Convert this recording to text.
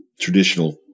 traditional